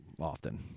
often